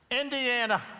Indiana